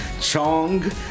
chong